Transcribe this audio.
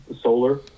solar